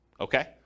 Okay